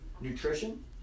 nutrition